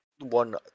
one